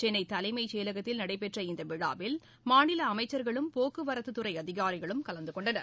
சென்னை தலைமை செயலகத்தில் நடைபெற்ற இந்த விழாவில் மாநில அமைச்சர்களும் போக்குவரத்து துறை அதிகாரிகளும் கலந்து கொண்டனர்